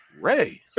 Ray